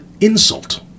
insult